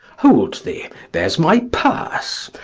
hold thee, there's my purse.